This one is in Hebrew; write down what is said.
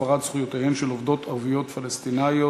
הפרת זכויותיהן של עובדות ערביות פלסטיניות